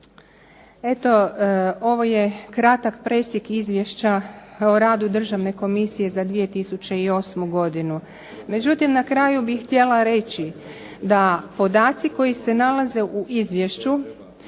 Eto, ovo je kratak presjek izvješća o radu Državne komisije za 2008. godinu. Međutim, na kraju bi htjela reći da podaci koji se nalaze u izvješću